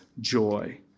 joy